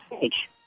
page